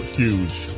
huge